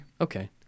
Okay